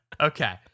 Okay